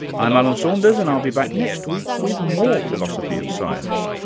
i'm alan saunders, and i'll be back next week with more philosophy of science,